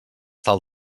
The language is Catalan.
tal